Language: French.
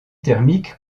thermique